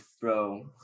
bro